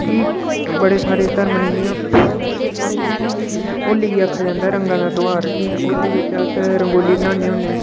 फ्ही बड़े सारे घर्म न अपने इ'यां होली होली गी आखेआ जंदा ऐ रंगे दा ध्यार ठीक ऐ होली च अस रंगोली बनाने होने